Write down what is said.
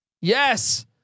Yes